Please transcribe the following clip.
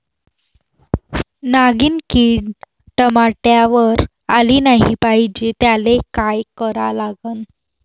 नागिन किड टमाट्यावर आली नाही पाहिजे त्याले काय करा लागन?